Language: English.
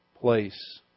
place